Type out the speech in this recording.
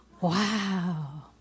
wow